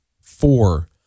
four